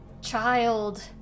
child